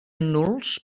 nuls